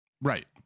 Right